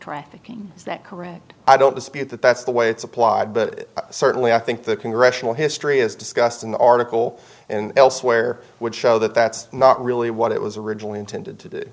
trafficking is that correct i don't dispute that that's the way it's applied but certainly i think the congressional history is discussed in the article and elsewhere would show that that's not really what it was originally intended to do